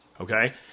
Okay